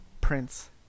Prince